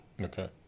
Okay